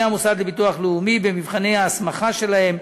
המוסד לביטוח לאומי במבחני ההסמכה שלהם.